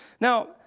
Now